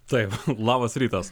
taip labas rytas